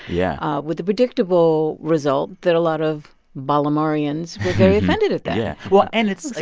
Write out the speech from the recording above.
yeah. with a predictable result that a lot of baltimoreans were very offended at that yeah. well and it's. they